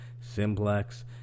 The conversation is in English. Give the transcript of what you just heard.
Simplex